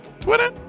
Twitter